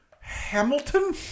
Hamilton